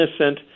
innocent